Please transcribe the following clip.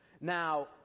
Now